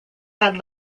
had